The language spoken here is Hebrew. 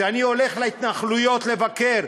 כשאני הולך להתנחלויות לבקר,